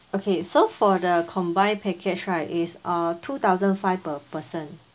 okay so for the combined package right it's uh two thousand five per person